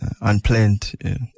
Unplanned